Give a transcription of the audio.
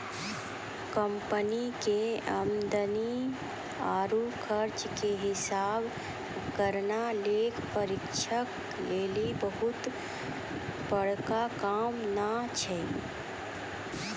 company के आमदनी आरु खर्चा के हिसाब करना लेखा परीक्षक लेली बहुते बड़का काम नै छै